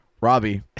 Robbie